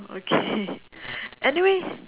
okay anyway